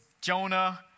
Jonah